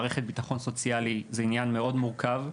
מערכת ביטחון סוציאלי היא עניין מורכב מאוד.